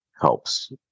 helps